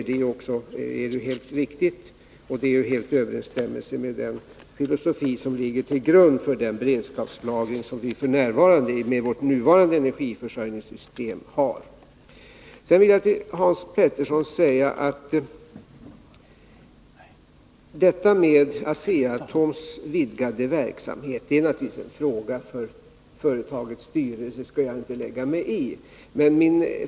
Det är helt riktigt, och det är i överensstämmelse med den filosofi som ligger till grund för den beredskapslagring som vi f. n. har med vårt nuvarande energiförsörjningssystem. Till Hans Petersson i Hallstahammar vill jag säga att Asea-Atoms vidgade verksamhet naturligtvis är en fråga för företagets styrelse. Den skall inte jag lägga mig i.